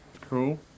Cool